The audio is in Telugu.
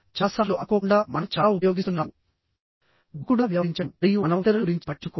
చాలా సార్లు అనుకోకుండా మనం చాలా ఉపయోగిస్తున్నాము దూకుడుగా వ్యవహరించడం మరియు మనం ఇతరుల గురించి పట్టించుకోము